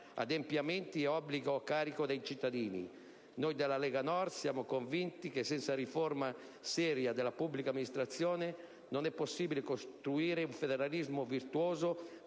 adempimenti e obblighi a carico dei cittadini. Noi della Lega Nord siamo convinti che senza riforma seria della pubblica amministrazione non è possibile costruire un federalismo virtuoso